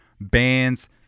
bands